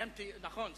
נכון,